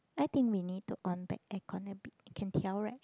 I think we need to on back air cona bit can tell right